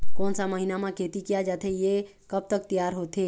कोन सा महीना मा खेती किया जाथे ये कब तक तियार होथे?